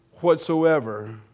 whatsoever